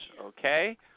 okay